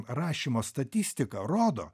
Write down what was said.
rašymo statistika rodo